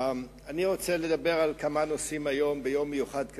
אני רוצה לדבר על כמה נושאים ביום מיוחד כזה,